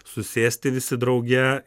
susėsti visi drauge